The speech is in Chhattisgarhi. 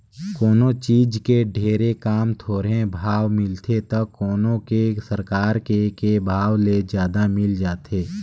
कोनों चीज के ढेरे काम, थोरहें भाव मिलथे त कोनो के सरकार के के भाव ले जादा मिल जाथे